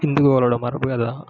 ஹிந்துங்களோட மரபு அதுதான்